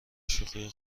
شوخی